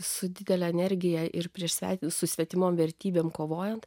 su didele energija ir prieš svetimus su svetimom vertybėm kovojant